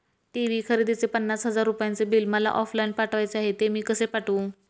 TV खरेदीचे पन्नास हजार रुपयांचे बिल मला ऑफलाईन पाठवायचे आहे, ते मी कसे पाठवू?